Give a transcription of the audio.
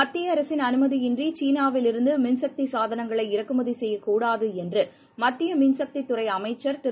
மத்தியஅரசின் அனுமதியின்றிசீனாவிலிருந்துமின் சக்திசாதனங்களை இறக்குமதிசெய்யக்கூடாதுஎன்றுமத்தியமின் சக்தித்துறைஅமைச்சர் திரு